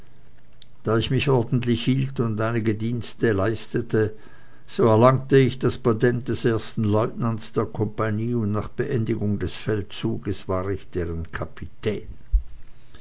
da ich mich ordentlich hielt und einige dienste leistete so erlangte ich das patent des ersten leutnants der kompanie und nach beendigung des feldzuges war ich deren kapitän